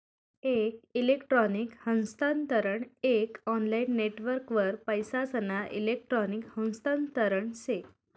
एक इलेक्ट्रॉनिक हस्तांतरण एक ऑनलाईन नेटवर्कवर पैसासना इलेक्ट्रॉनिक हस्तांतरण से